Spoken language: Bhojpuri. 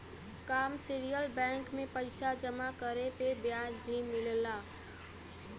कमर्शियल बैंक में पइसा जमा करे पे ब्याज भी मिलला